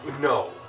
No